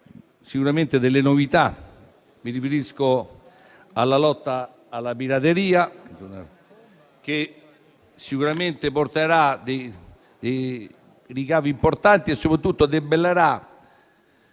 sicuramente delle novità. Mi riferisco alla lotta alla pirateria, che sicuramente porterà dei ricavi importanti e soprattutto debellerà